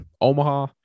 Omaha